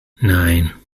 nine